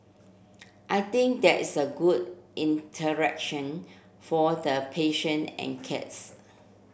I think that is a good interaction for the patient and cats